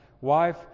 Wife